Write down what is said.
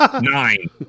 nine